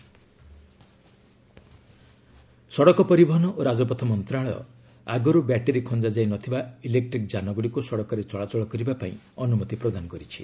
electric vehicle ସଡ଼କ ପରିବହନ ଓ ରାଜପଥ ମନ୍ତ୍ରଣାଳୟ ଆଗରୁ ବ୍ୟାଟେରି ଖଞ୍ଜା ଯାଇନଥିବା ଇଲେକ୍ଟ୍ରିକ୍ ଯାନଗୁଡ଼ିକୁ ସଡ଼କରେ ଚଳାଚଳ କରିବା ପାଇଁ ଅନୁମତି ପ୍ରଦାନ କରିଛି